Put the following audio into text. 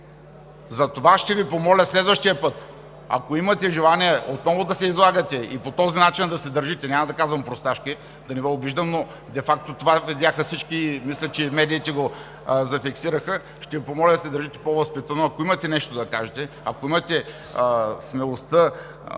Затова следващия път, ако имате желание отново да се излагате и по този начин да се държите, няма да казвам просташки, да не Ви обиждам, но де факто това видяха всички, мисля че и медиите го зафиксираха, ще Ви помоля да се държите по-възпитано! Ако имате смелостта,